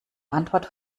antwort